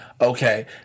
Okay